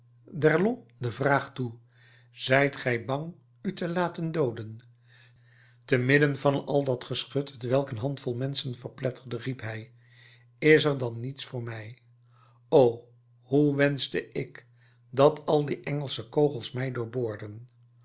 d'erlon de vraag toe zijt gij bang u te laten dooden te midden van al dat geschut t welk een handvol menschen verpletterde riep hij is er dan niets voor mij o hoe wenschte ik dat al die engelsche kogels mij